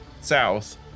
south